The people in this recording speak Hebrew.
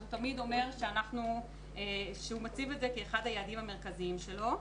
אז הוא תמיד אומר שהוא מציב את זה כאחד היעדים המרכזיים שלו.